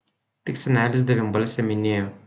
tik senelis devynbalsę minėjo